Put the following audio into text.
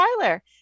Tyler